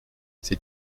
ses